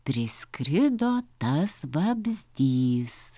priskrido tas vabzdys